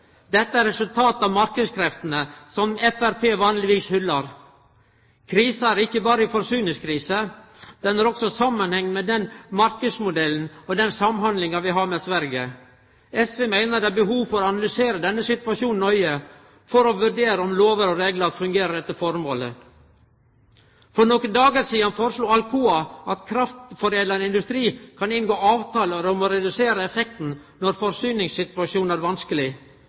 Dette er eit resultat av marknadskreftene, som Framstegspartiet vanlegvis hyllar. Krisa er ikkje berre ei forsyningskrise. Den har også samanheng med den marknadsmodellen og den samhandlinga vi har med Sverige. SV meiner det er behov for å analysere denne situasjonen nøye for å vurdere om lover og reglar fungerer etter formålet. For nokre dagar sidan foreslo Alcoa at kraftforedlande industri kan inngå avtaler om å redusere effekten når forsyningssituasjonen er vanskeleg.